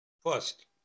First